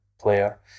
player